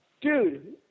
dude